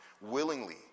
willingly